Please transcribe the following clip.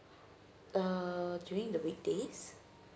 uh during the weekdays